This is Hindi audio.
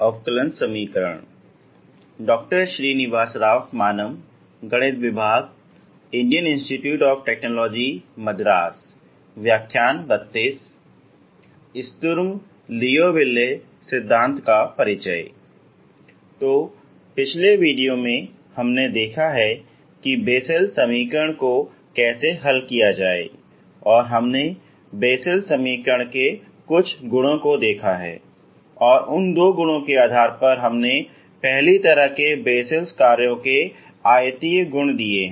स्तुर्म -लीऔविल्ले सिद्धान्त का परिचय इसलिए पिछले वीडियो में हमने देखा है कि बेससेल समीकरण को कैसे हल किया जाए और हमने बेसल समीकरण के कुछ गुणों को देखा है और उन दो गुणों के आधार पर हमने पहली तरह के बेसल कार्यों के आयतीय गुण दिए हैं